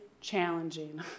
challenging